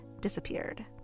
disappeared